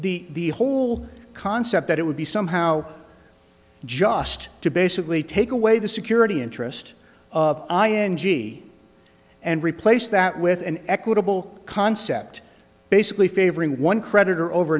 the whole concept that it would be somehow just to basically take away the security interest of the i n g and replace that with an equitable concept basically favoring one creditor over